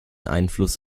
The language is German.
einfluss